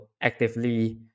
actively